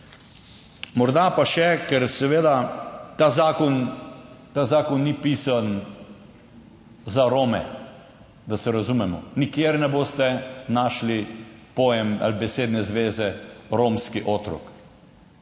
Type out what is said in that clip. Morda pa še, seveda ta zakon ni pisan za Rome, da se razumemo, nikjer ne boste našli pojma ali besedne zveze romski otrok,